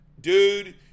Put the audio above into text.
Dude